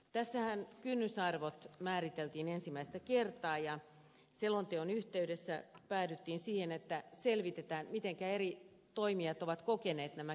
tässähän kynnysarvot määriteltiin ensimmäistä kertaa ja selonteon yhteydessä päädyttiin siihen että selvitetään mitenkä eri toimijat ovat kokeneet nämä kynnysarvot